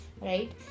right